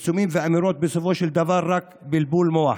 פרסומים ואמירות, ובסופו של דבר רק בלבול מוח,